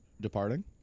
departing